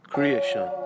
Creation